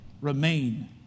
remain